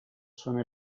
sono